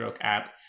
app